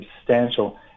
substantial